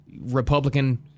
Republican